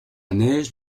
neige